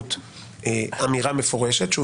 באמצעות אמירה מפורשת ושוב,